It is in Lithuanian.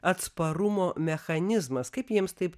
atsparumo mechanizmas kaip jiems taip